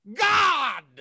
god